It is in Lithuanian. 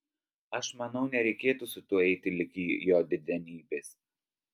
aš manau nereikėtų su tuo eiti ligi jo didenybės